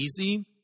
easy